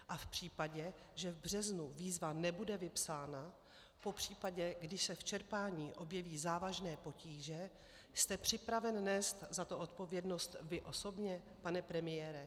A v případě, že v březnu výzva nebude vypsána, popřípadě když se v čerpání objeví závažné potíže, jste připraven nést za to odpovědnost vy osobně, pane premiére?